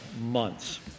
months